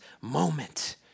moment